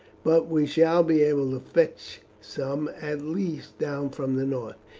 but we shall be able to fetch some at least down from the north.